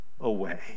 away